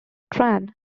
tran